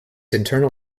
internal